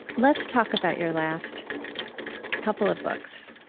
let's talk about your last couple of books,